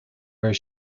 where